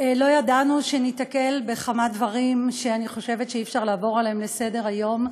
לא ידענו שניתקל בכמה דברים שאני חושבת שאי-אפשר לעבור עליהם לסדר-היום.